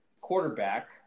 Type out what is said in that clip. quarterback